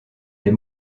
les